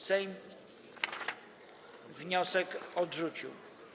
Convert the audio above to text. Sejm wniosek odrzucił.